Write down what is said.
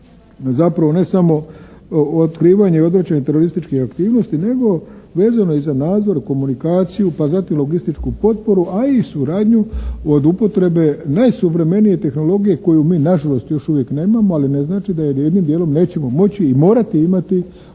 zapravo ne samo otkrivanja i … /Govornik se ne razumije./ … terorističkih aktivnosti nego vezano i za nadzor, komunikaciju pa zatim logističku potporu, a i suradnju od upotrebe najsuvremenije tehnologije koju mi nažalost još uvijek nemamo, ali ne znači da je jednim dijelom nećemo moći i morati imati